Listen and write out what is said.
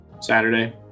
Saturday